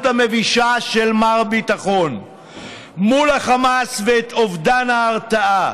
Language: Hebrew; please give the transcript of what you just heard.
המבישה של מר ביטחון מול החמאס ואת אובדן ההרתעה.